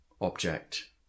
object